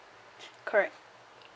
correct